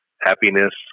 happiness